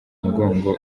mugongo